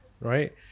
right